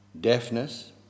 deafness